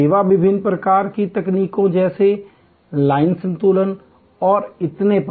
सेवा विभिन्न प्रकार की तकनीकों जैसे लाइन संतुलन और इतने पर